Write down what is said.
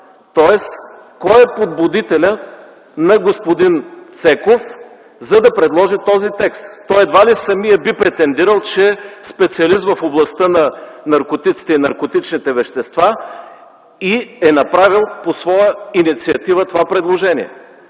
Тоест кой е подбудителят на господин Цеков, за да предложи този текст. Той едва ли самият би претендирал, че е специалист в областта на наркотиците и наркотичните вещества и е направил по своя инициатива това предложение.